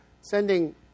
sending